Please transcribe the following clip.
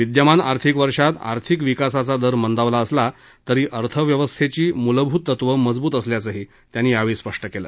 विद्यमान आर्थिक वर्षात आर्थिक विकासाचा दर मंदावला असला तरी अर्थव्यवस्थेची मूलभूत तत्त्वं मजबूत असल्याचं प्रसाद यांनी यावेळी सांगितलं